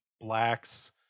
blacks